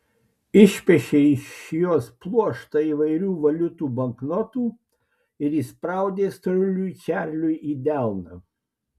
išpešė iš jos pluoštą įvairių valiutų banknotų ir įspraudė storuliui čarliui į delną